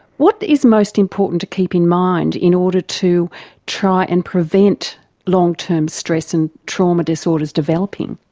what is most important to keep in mind in order to try and prevent long term stress and trauma disorders developing?